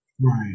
Right